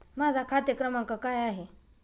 माझा खाते क्रमांक काय आहे?